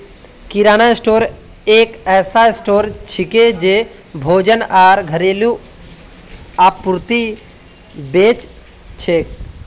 किराना store एक ऐसा store छिके जे भोजन आर घरेलू आपूर्ति बेच छेक